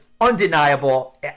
Undeniable